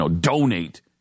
donate